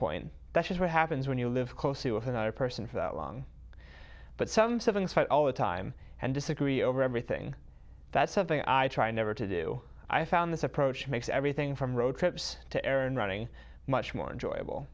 point that's what happens when you live close to another person for that long but some seven fight all the time and disagree over everything that's something i try never to do i found this approach makes everything from road trips to air and running much more enjoyable